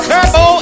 Turbo